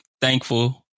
Thankful